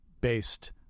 based